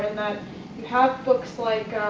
have books like,